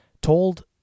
told